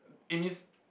it means